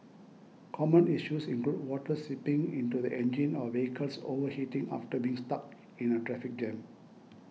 common issues include water seeping into the engine or vehicles overheating after being stuck in a traffic jam